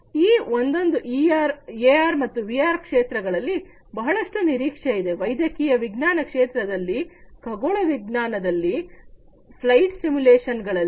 ಈ ಒಂದೊಂದು ಎಆರ್ ಮತ್ತು ವಿಆರ್ ಕ್ಷೇತ್ರಗಳಲ್ಲಿ ಬಹಳಷ್ಟು ನಿರೀಕ್ಷೆ ಇದೆ ವೈದ್ಯಕೀಯ ವಿಜ್ಞಾನ ಕ್ಷೇತ್ರದಲ್ಲಿ ಖಗೋಳ ವಿಜ್ಞಾನದಲ್ಲಿ ಫ್ಲೈಟ್ ಸಿಮಿಲೇಶನ್ ಗಳಲ್ಲಿ